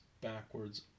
backwards